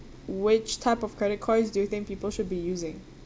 which type of credit cards do you think people should be using